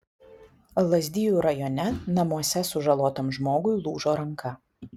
lazdijų rajone namuose sužalotam žmogui lūžo ranka